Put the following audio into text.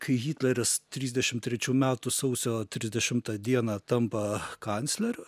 kai hitleris trisdešim trečių metų sausio trisdešimtą dieną tampa kancleriu